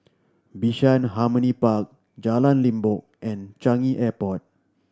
Bishan Harmony Park Jalan Limbok and Changi Airport